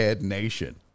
nation